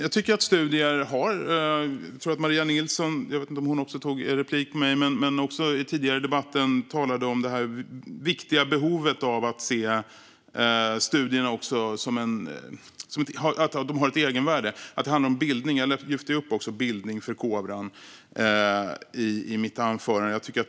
Tidigare i debatten talade Maria Nilsson - jag vet inte om hon också begärde replik på mig - om hur viktigt det är att se att studierna har ett egenvärde. Det handlar om bildning, och jag lyfte också upp bildning och förkovran i mitt anförande.